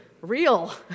Real